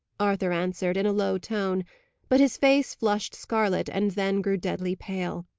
arthur answered, in a low tone but his face flushed scarlet, and then grew deadly pale.